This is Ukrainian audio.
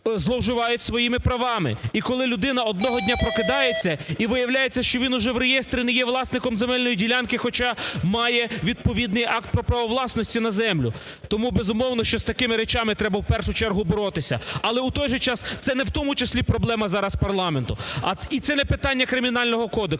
зловживають своїми правами. І коли людина одного дня прокидається і виявляється, що він вже в реєстрі не є власником земельної ділянки, хоча має відповідний акт про право власності на землю. Тому, безумовно, що з такими речами треба в першу чергу боротися. Але у той же час це не у тому числі проблема зараз парламенту і це не питання Кримінального кодексу,